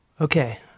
Okay